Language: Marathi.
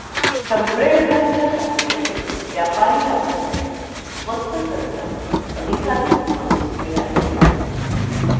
संप्रेरकांच्या साहाय्याने व्यापारी लाभासाठी स्वस्त खर्चात अधिकाधिक मांस तयार केले जाते